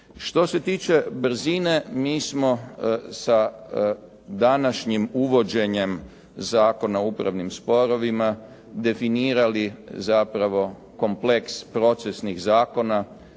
Što se tiče brzine, mi smo sa današnjim uvođenjem Zakona o upravnim sporovima definirali zapravo kompleks procesnih zakona,